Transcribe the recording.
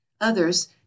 Others